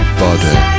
body